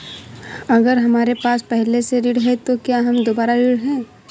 अगर हमारे पास पहले से ऋण है तो क्या हम दोबारा ऋण हैं?